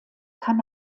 kann